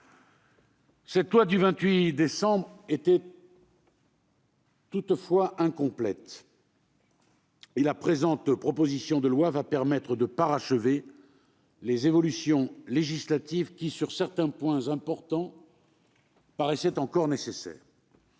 Cette loi du 28 décembre était toutefois incomplète. La présente proposition va permettre de parachever les évolutions législatives, qui, sur certains points importants, paraissaient encore nécessaires.